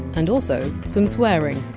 and also some swearing,